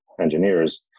engineers